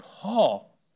Paul